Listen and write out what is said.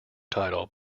title